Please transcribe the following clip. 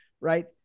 right